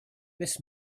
this